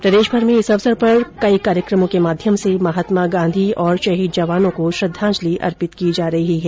प्रदेशभर में इस अवसर पर कई कार्यक्रमों के माध्यम से महात्मा गांधी और शहीद जवानों को श्रद्वाजंलि अर्पित की जा रही है